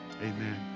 Amen